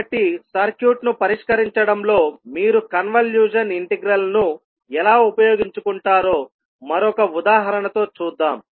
కాబట్టి సర్క్యూట్ను పరిష్కరించడంలో మీరు కన్వల్యూషన్ ఇంటెగ్రల్ ను ఎలా ఉపయోగించుకుంటారో మరొక ఉదాహరణతో చూద్దాం